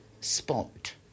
spot